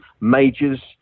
majors